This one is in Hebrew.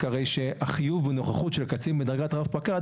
הרי החיוב בנוכחות של קצין בדרגת רב פקד